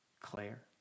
Claire